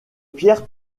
pierre